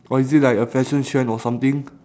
or is it like a fashion trend or something